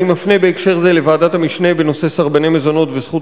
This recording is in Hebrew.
אני מפנה בהקשר זה לוועדת המשנה בנושא סרבני מזונות וזכות